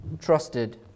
trusted